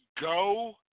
go